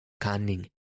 cunning